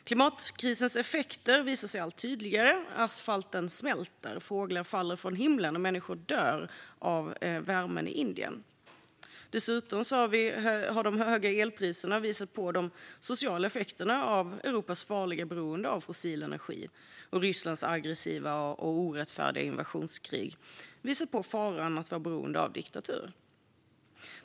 Klimatkrisens effekter visar sig allt tydligare - asfalten smälter, fåglar faller från himlen och människor dör av värmen i Indien. Dessutom har de höga elpriserna visat på de sociala effekterna av Europas farliga beroende av fossil energi, och Rysslands aggressiva och orättfärdiga invasionskrig har visat på faran med att vara beroende av diktaturer.